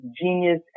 genius